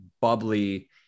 bubbly